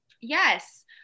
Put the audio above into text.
Yes